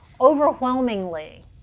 Overwhelmingly